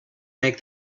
make